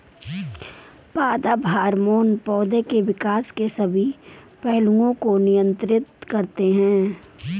पादप हार्मोन पौधे के विकास के सभी पहलुओं को नियंत्रित करते हैं